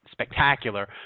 spectacular